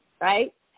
Right